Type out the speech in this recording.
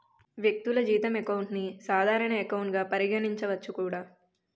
వ్యక్తులు జీతం అకౌంట్ ని సాధారణ ఎకౌంట్ గా పరిగణించవచ్చు కూడా